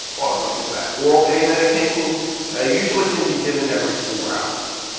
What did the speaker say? let me go back, oral pain medication ah usually can be given every four hours.